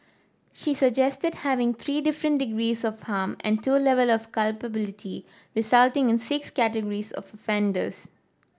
she suggested having three different degrees of harm and two level of culpability resulting in six categories of offenders